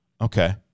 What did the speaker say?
Okay